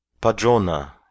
Padrona